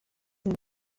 and